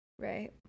Right